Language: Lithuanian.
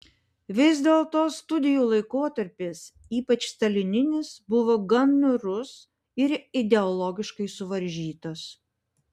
vis dėlto studijų laikotarpis ypač stalininis buvo gan niūrus ir ideologiškai suvaržytas